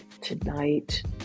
tonight